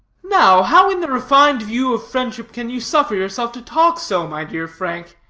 now, how in the refined view of friendship can you suffer yourself to talk so, my dear frank.